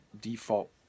default